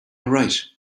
right